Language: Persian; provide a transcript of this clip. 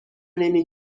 نمی